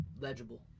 legible